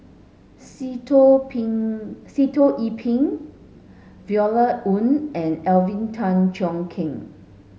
Sitoh Pin Sitoh Yih Pin Violet Oon and Alvin Tan Cheong Kheng